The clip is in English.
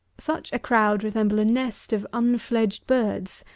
such a crowd resemble a nest of unfledged birds,